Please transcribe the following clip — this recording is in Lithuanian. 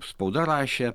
spauda rašė